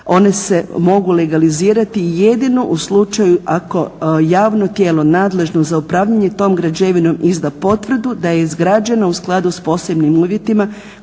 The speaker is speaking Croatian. one se mogu legalizirati jedino u slučaju ako javno tijelo nadležno za upravljanje tom građevinom izda potvrdu da je izgrađeno u skladu s posebnim uvjetima